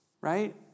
Right